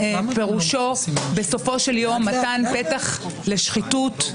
פירושו מתן פתח לשחיתות.